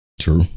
True